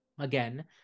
Again